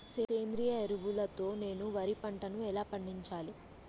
సేంద్రీయ ఎరువుల తో నేను వరి పంటను ఎలా పండించాలి?